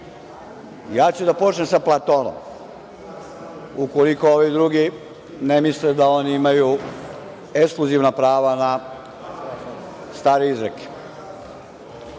ja ću da počnem sa Platonom, ukoliko ovi drugi ne misle da oni imaju ekskluzivna prava na stare izreke. Platon